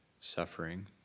suffering